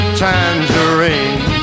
tangerine